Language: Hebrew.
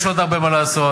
יש עוד הרבה מה לעשות,